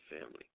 family